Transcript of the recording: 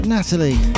Natalie